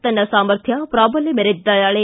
ತನ್ನ ಸಾಮರ್ಥ್ಯ ಪ್ರಾಬಲ್ಯ ಮೆರೆದಿದ್ದಾಳೆ